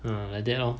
ah like that lor